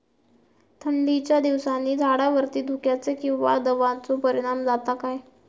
थंडीच्या दिवसानी झाडावरती धुक्याचे किंवा दवाचो परिणाम जाता काय?